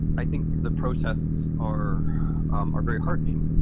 i think the protests are um are very heartening.